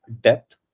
depth